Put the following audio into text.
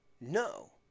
no